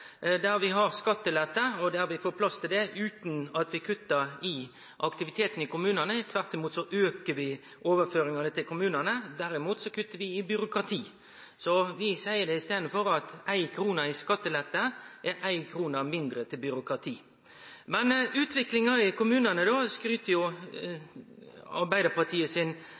der vi har skattelette – der vi har plass til det – utan at vi kuttar i aktiviteten i kommunane. Tvert imot aukar vi overføringane til kommunane. Derimot kuttar vi i byråkrati. Så vi seier i staden at ei krone i skattelette er ei krone mindre til byråkrati. Arbeidarpartiet sin fraksjonsleiar skryter av at utviklinga i kommunane